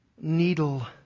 needle